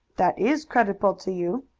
that is creditable to you.